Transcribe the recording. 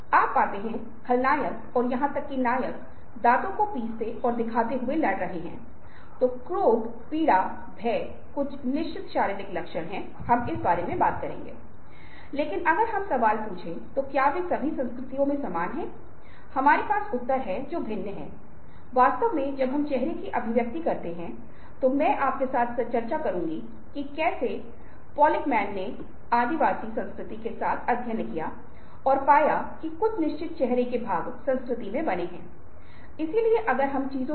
हम पाते हैं कि यदि आप जेरेमी मेक्स के चेहरे को देख रहे हैं तो वह एक सोशल मीडिया तरह का वायरल संचार कम्युनिकेशन -Communication बना था और उसका चेहरा वायरल हो गया था यह इमेज वायरल हो गई क्योंकि यह एक आगजनी और एक अपराधी का चेहरा है जो बहुत दृढ़ता से विनाशकारी था यह एक बहुत ही आकर्षक दिखने वाला चेहरा रोमांचक चेहरा माना जाता था और यह सब मार्टिज़न के मामले के साथ भी होता है जिसे बाल अपहरणकर्ता और आपराधिक इतिहास वाला व्यक्ति भी माना जाता है और यह चेहरा भ्रामक है